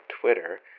Twitter